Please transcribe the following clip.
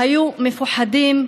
היו מפוחדים.